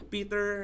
Peter